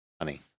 honey